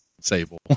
Sable